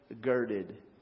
girded